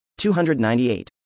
298